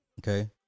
Okay